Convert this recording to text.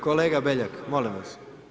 Kolega Beljak, molim vas.